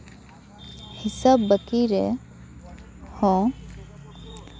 ᱦᱤᱥᱟᱹᱵᱽ ᱵᱟᱹᱠᱤᱨᱮ ᱦᱚᱸ